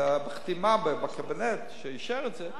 בחתימה בקבינט שאישר את זה,